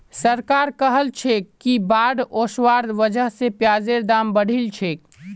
सरकार कहलछेक कि बाढ़ ओसवार वजह स प्याजेर दाम बढ़िलछेक